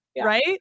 Right